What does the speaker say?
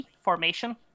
formation